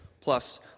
plus